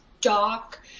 dark